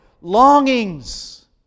longings